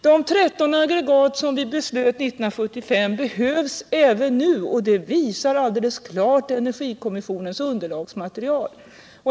De 13 aggregat som vi fattade beslut om 1975 behövs även nu, vilket alldeles klart framgår av energikommissionens underlagsmaterial.